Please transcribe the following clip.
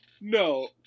No